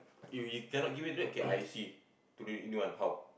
if we cannot give then get I_C to renew one how